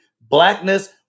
blackness